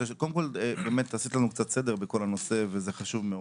קודם כל באמת עשית לנו קצת סדר בכל הנושא וזה חשוב מאוד.